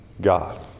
God